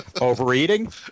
overeating